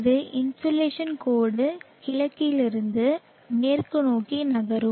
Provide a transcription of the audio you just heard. இந்த இன்சோலேஷன் கோடு கிழக்கிலிருந்து மேற்கு நோக்கி நகரும்